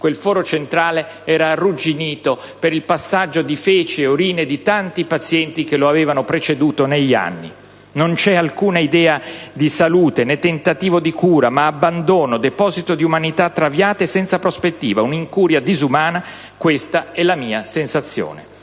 Quel foro centrale era arrugginito per il passaggio di feci ed urine di tanti pazienti che lo avevano preceduto negli anni. Non c'è alcuna idea di salute né tentativo di cura ma abbandono, deposito di umanità traviate senza prospettiva: un'incuria disumana. Questa è la mia sensazione».